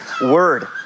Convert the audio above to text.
word